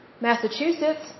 Massachusetts